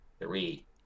Three